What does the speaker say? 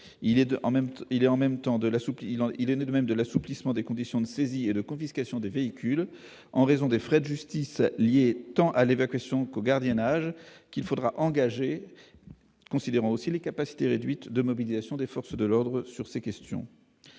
Il en est de même de l'assouplissement des conditions de saisie et de confiscation des véhicules, en raison des frais de justice liés tant à l'évacuation qu'au gardiennage qu'il faudra engager et des capacités réduites de mobilisation des forces de l'ordre sur ces questions.